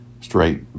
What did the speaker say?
straight